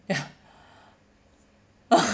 ya